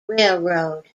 railroad